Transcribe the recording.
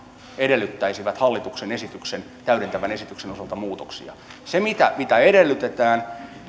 edellyttäisivät hallituksen täydentävän esityksen osalta muutoksia ne muutokset mitä edellytetään